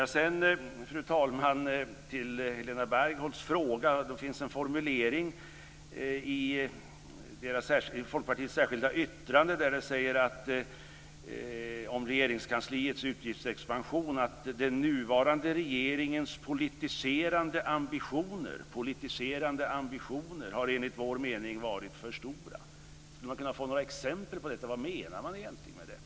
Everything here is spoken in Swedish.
Jag övergår så, fru talman, till Helena Bargholtz fråga. Det finns i Folkpartiets särskilda yttrande vad gäller Regeringskansliets utgiftsexpansion en formulering av följande lydelse: "Den nuvarande regeringens politiserande ambitioner har enligt vår mening varit för stora." Skulle man kunna få några exempel på vad som egentligen menas med detta?